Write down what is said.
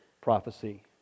Prophecy